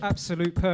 Absolute